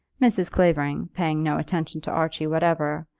mrs. clavering, paying no attention to archie whatever,